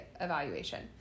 evaluation